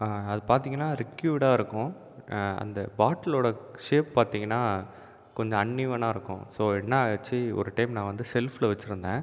அது பார்த்தீங்கன்னா லிக்யூடாக இருக்கும் அந்த பாட்டிலோடய ஷேப் பார்த்தீங்கன்னா கொஞ்சம் அன்ஈவெனாக இருக்கும் ஸோ என்ன ஆச்சு ஒரு டைம் நான் வந்து ஷெல்ஃப்பில் வெச்சிருந்தன்